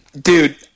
Dude